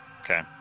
Okay